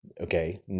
okay